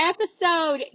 episode